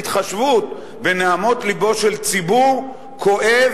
התחשבות בנהמות לבו של ציבור כואב